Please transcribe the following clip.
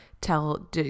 tell